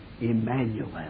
Emmanuel